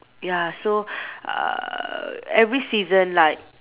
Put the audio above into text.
ya so uh every season like